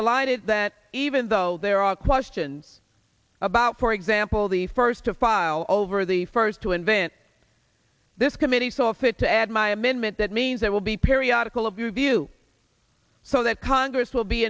delighted i did that even though there are questions about for example the first to file over the first to invent this committee saw fit to add my amendment that means there will be periodical of you view so that congress will be